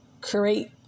create